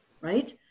right